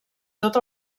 tot